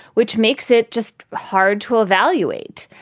which makes it just hard to evaluate.